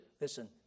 Listen